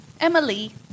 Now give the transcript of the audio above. Emily